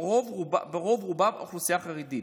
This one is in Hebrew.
רוב-רובן עם אוכלוסייה חרדית,